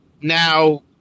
Now